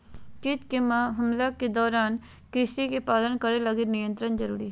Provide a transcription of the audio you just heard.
कीट के हमला के दौरान कृषि के पालन करे लगी नियंत्रण जरुरी हइ